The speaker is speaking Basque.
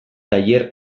tailer